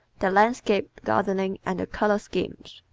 the landscape gardening and the color schemes.